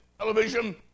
television